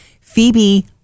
Phoebe